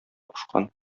кушкан